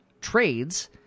trades